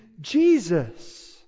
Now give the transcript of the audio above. Jesus